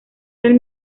del